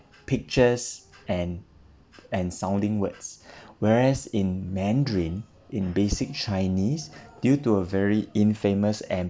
pictures and and sounding words whereas in mandarin in basic chinese due to a very infamous